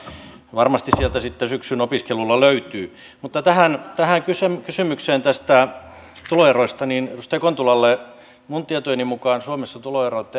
varmasti sieltä sitten syksyn opiskelulla löytyy mutta tähän kysymykseen näistä tuloeroista edustaja kontulalle minun tietojeni mukaan suomessa tuloerot